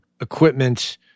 equipment